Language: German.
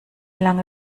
lange